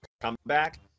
comeback